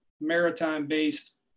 maritime-based